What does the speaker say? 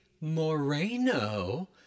Moreno